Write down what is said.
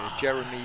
Jeremy